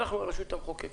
אנחנו הרשות המחוקקת,